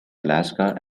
alaska